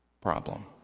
problem